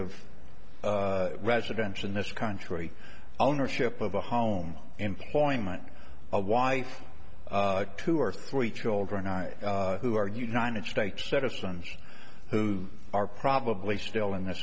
of residential in this country ownership of a home employment a wife two or three children i who are united states citizens who are probably still in th